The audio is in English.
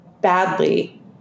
badly